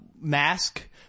mask